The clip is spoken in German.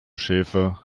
schäfer